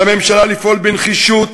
על הממשלה לפעול בנחישות